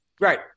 Right